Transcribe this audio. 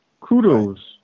kudos